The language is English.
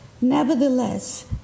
Nevertheless